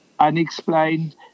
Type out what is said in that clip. unexplained